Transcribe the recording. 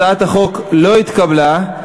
הצעת החוק לא התקבלה.